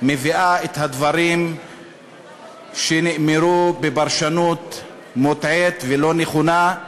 מביאה את הדברים שנאמרו בפרשנות מוטעית ולא נכונה,